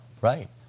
Right